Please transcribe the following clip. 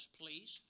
please